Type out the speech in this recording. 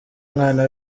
umwana